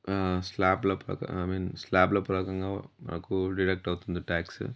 స్లాబ్ల పక I mean స్లాబ్ల పలకంగా మనకు డిడక్ట్ అవుతుంది ట్యాక్స్